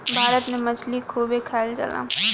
भारत में मछली खूब खाईल जाला